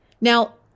Now